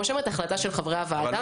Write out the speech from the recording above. זאת כמובן החלטה של חברי הוועדה.